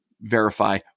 verify